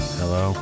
hello